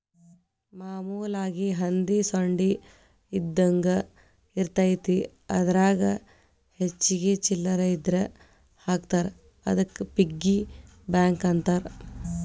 ಮಾಮೂಲಾಗಿ ಹಂದಿ ಸೊಂಡಿ ಇದ್ದಂಗ ಇರತೈತಿ ಅದರಾಗ ಹೆಚ್ಚಿಗಿ ಚಿಲ್ಲರ್ ಇದ್ರ ಹಾಕ್ತಾರಾ ಅದಕ್ಕ ಪಿಗ್ಗಿ ಬ್ಯಾಂಕ್ ಅಂತಾರ